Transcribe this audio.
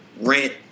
rent